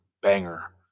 banger